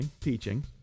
teaching